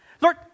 Lord